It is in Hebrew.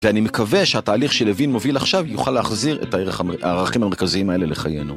ואני מקווה שהתהליך שלוין מוביל עכשיו יוכל להחזיר את הערכים המרכזיים האלה לחיינו.